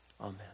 Amen